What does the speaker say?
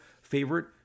favorite